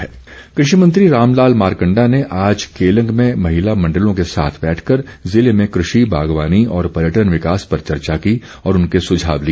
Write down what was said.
मारकंडा कृषि मंत्री रामलाल मारकंडा ने आज केलंग में महिला मण्डलों के साथ बैठक कर जिले में कृषि बागवानी और पर्यटन विकास पर चर्चा की और उनके सुझाव लिए